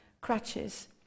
crutches